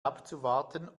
abzuwarten